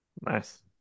Nice